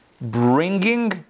bringing